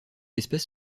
espèce